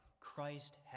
Christ